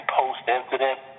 post-incident